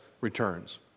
returns